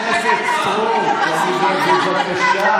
האם יש מישהו באולם שלא קראו בשמו?